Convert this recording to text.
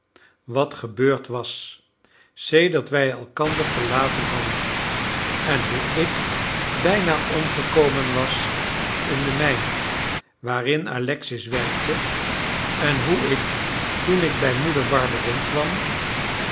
wat gebeurd was sedert wij elkander verlaten hadden en hoe ik bijna omgekomen was in de mijn waarin alexis werkte en hoe ik toen ik bij moeder barberin kwam